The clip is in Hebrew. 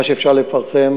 מה שאפשר לפרסם,